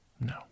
No